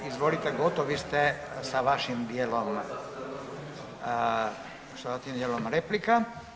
Izvolite, gotovi ste sa vašim dijelom, sa vašim dijelom replika.